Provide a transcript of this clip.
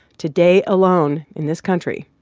today alone, in this country,